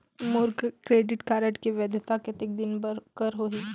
मोर credit card के वैधता कतेक दिन कर होही?